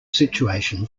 situation